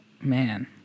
man